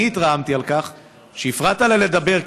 אני התרעמתי על כך שהפרעת לה לדבר,